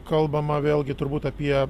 kalbama vėlgi turbūt apie